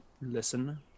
listen